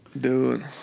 Dude